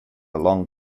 long